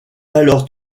alors